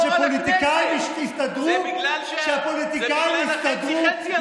ושפוליטיקאים יסתדרו, זה בגלל החצי-חצי הזה.